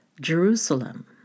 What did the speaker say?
Jerusalem